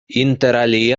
interalie